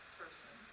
person